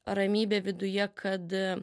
ramybę viduje kad